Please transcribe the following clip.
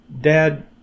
Dad